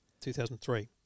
2003